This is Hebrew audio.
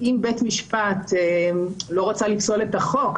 אם בית המשפט לא רצה לפסול את החוק,